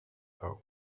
though